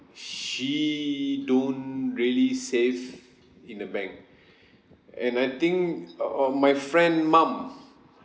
she don't really save in a bank and I think uh uh my friend mum